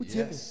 Yes